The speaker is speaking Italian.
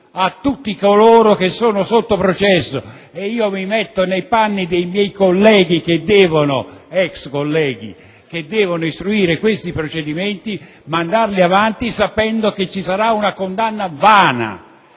a tutti coloro che sono sotto processo. Mi metto nei panni dei miei ex colleghi che devono istruire dei procedimenti e mandarli avanti sapendo che ci sarà una condanna vana.